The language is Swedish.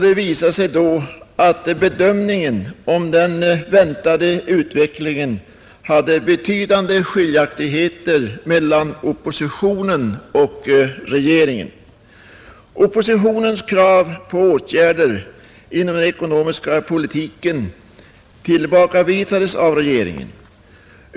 Det visade sig då att oppositionens bedömning av den väntade utvecklingen skilde sig betydligt från regeringens. Oppositionens krav på åtgärder inom den ekonomiska politiken tillbakavisades av regeringen.